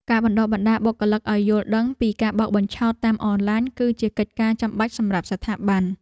ការបណ្តុះបណ្តាលបុគ្គលិកឱ្យយល់ដឹងពីការបោកបញ្ឆោតតាមអនឡាញ គឺជាកិច្ចការចាំបាច់សម្រាប់ស្ថាប័ន។